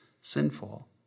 sinful